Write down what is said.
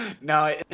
no